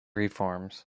reforms